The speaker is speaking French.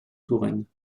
touraine